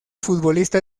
futbolista